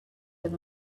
him